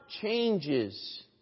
changes